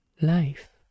life